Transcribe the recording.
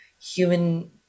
human